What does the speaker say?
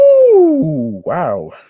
wow